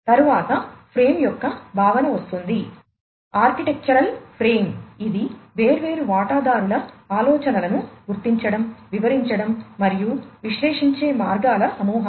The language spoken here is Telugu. తరువాత ఫ్రేమ్ ఇది వేర్వేరు వాటాదారుల ఆలోచనలను గుర్తించడం వివరించడం మరియు విశ్లేషించే మార్గాల సమాహారం